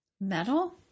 Metal